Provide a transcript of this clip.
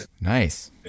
Nice